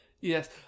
Yes